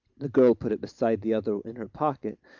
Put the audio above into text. the girl put it beside the other in her pocket,